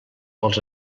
els